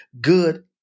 good